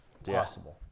possible